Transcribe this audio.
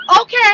Okay